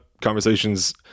conversations